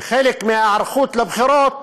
וחלק מההיערכות לבחירות